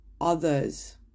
others